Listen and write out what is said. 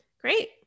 Great